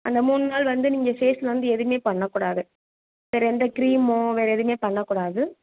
அந்த மூண் நாள் வந்து நீங்கள் ஃபேஸில் வந்து எதுவுமே பண்ணக்கூடாது வேறு எந்த க்ரீமோ வேறு எதுவுமே பண்ணக்கூடாது